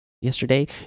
yesterday